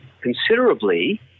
considerably